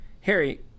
Harry